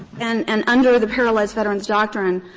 and and under the paralyzed veterans doctrine,